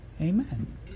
Amen